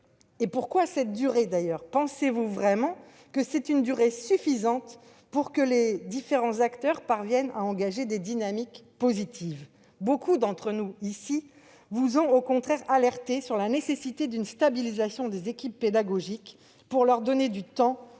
pourquoi cette durée, d'ailleurs ? Pensez-vous vraiment qu'il s'agit d'une durée suffisante pour que les différents acteurs parviennent à engager des dynamiques positives ? Beaucoup d'entre nous, ici, vous ont au contraire alertée sur la nécessité d'une stabilisation des équipes pédagogiques, afin de leur donner le temps